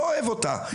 לא אוהב אותה,